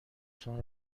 تان